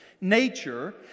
nature